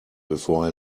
before